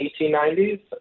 1890s